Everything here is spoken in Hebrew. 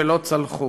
לא הצליחו.